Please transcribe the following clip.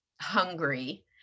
hungry